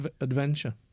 adventure